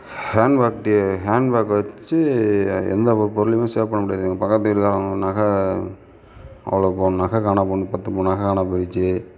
handbag handbag வச்சு எந்த ஒரு பொருளையும் சேவ் பண்ணமுடியாதுங்க பக்கத்து வீட்டில் அவங்க நகை அவ்வளோ பவுன் நகை காணாம போணு பத்து பவுன் நகை காணா போணுச்சு